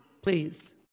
Please